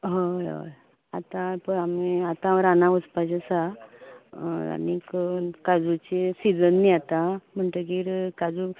हय हय आतां पळय आमी आतां हांव राना वचपाचें आसा आनीक काजूचे सिजन न्ही आतां म्हणटगीर काजू